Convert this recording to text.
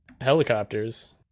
Helicopters